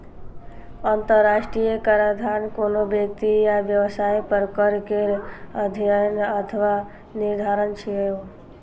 अंतरराष्ट्रीय कराधान कोनो व्यक्ति या व्यवसाय पर कर केर अध्ययन अथवा निर्धारण छियै